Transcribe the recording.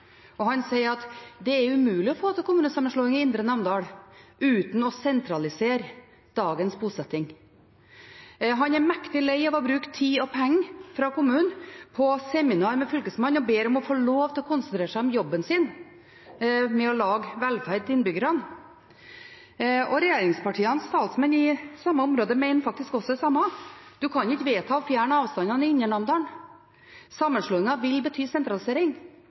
Han sier at det er umulig å få til kommunesammenslåing i Indre Namdal uten å sentralisere dagens bosetting. Han er mektig lei av å bruke tid og penger fra kommunen på seminar med Fylkesmannen og ber om å få lov til å konsentrere seg om jobben sin, som er å lage velferd til innbyggerne. Regjeringspartienes talsmenn i det samme området mener faktisk det samme. Man kan ikke vedta å fjerne avstandene i Indre Namdal. Sammenslåingen vil bety sentralisering.